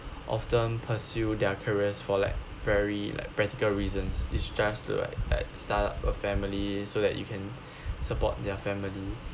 often pursue their careers for like very like practical reasons is just to like start up a family so that you can support their family